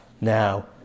now